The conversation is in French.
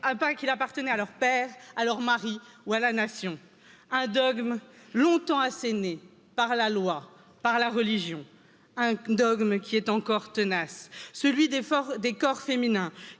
un pas qu'il appartenait à leurs pères, à leurs maris ou à la nation, un dogme longtemps assenés par la loi, par la religion, un dogme qui est encore tenace, celui des corps féminins